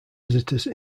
visitors